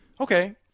okay